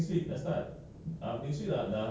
talking about this jimat apa cerita jimat bila nak